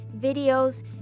videos